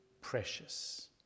precious